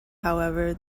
however